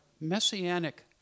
Messianic